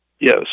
Yes